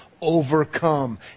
overcome